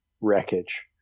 wreckage